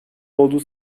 olduğu